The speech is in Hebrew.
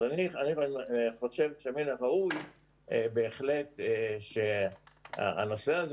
אז אני חושב שמן הראוי בהחלט שקודם כול